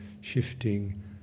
shifting